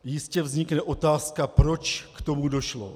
Jistě vznikne otázka, proč k tomu došlo.